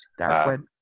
Darkwood